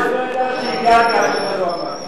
אף אחד לא ידע שהגעתי עד שאתה לא אמרת.